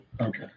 Okay